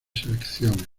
selecciones